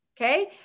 okay